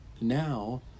now